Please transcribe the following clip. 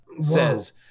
Says